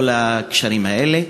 כל הקשרים האלה.